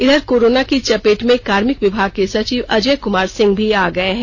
इधर कोरोनो की चपेट में कार्मिक विभाग के सचिव अजय कुमार सिंह भी आ गये हैं